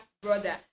brother